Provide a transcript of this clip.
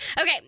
Okay